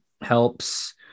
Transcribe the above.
helps